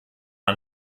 ein